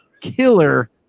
killer